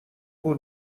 کور